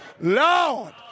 Lord